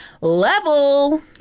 level